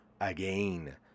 again